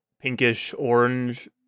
pinkish-orange